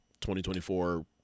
2024